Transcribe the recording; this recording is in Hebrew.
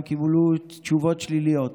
גם קיבלו תשובות שליליות.